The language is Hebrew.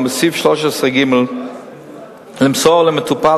ובמידה של עבירה על החוק הם עלולים להיענש על-פי חוק.